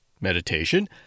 meditation